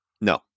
No